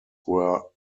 were